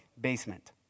basement